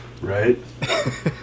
Right